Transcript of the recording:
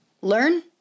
learn